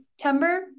september